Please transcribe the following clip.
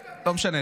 גדלתי בבני ברק.